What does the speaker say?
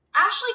Ashley